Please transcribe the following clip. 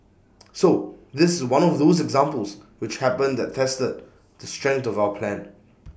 so this is one of those examples which happen that tested the strength of our plan